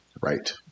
right